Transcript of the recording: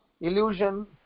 illusion